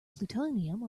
plutonium